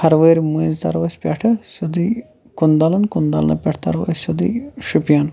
ہَروٲرۍ مٔنٛز تَرَو أسۍ پیٚٹھِ سیودے کُندَلَن کُندَلَن پیٚٹھ تَرَو أسۍ سیودے شُپیَن